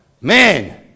man